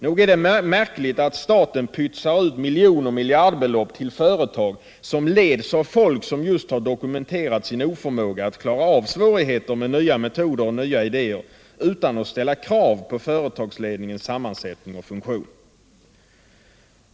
Nog är det märkligt att staten pytsar ut miljon och miljardbelopp till företag, som leds av folk som just dokumenterat sin oförmåga att med nya metoder och idéer klara av svårigheter, utan att ställa krav på företagsledningens sammansättning och funktion.